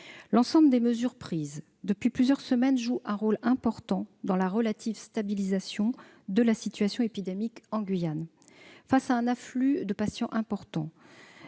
L'ensemble des mesures prises depuis plusieurs semaines jouent un rôle important dans la relative stabilisation de la situation épidémique en Guyane. Face à un important afflux de patients et